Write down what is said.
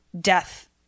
death